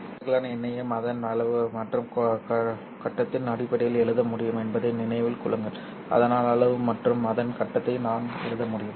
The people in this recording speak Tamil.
எந்தவொரு சிக்கலான எண்ணையும் அதன் அளவு மற்றும் கட்டத்தின் அடிப்படையில் எழுத முடியும் என்பதை நினைவில் கொள்ளுங்கள் அதனால் அளவு மற்றும் அதன் கட்டத்தை நான் எழுத முடியும்